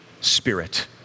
Spirit